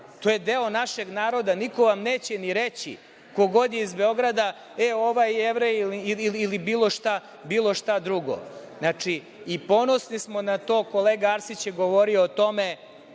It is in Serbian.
To je deo našeg naroda. Niko vam neće ni reći, ko god je iz Beograda, e ovaj je Jevrej ili bilo šta drugo. Ponosni smo na to, kolega Arsić je govorio o tome,